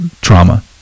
trauma